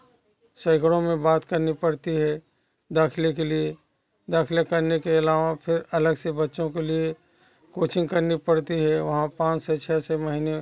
सैकड़ों में बात करनी पड़ती है दाखिले के लिए दाखिला करने के अलावा फिर अलग से बच्चों के लिए कोचिंग करनी पड़ती है वहाँ पाँच सौ छः सौ महीने